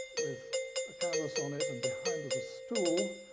with a canvas on it and behind is a stool.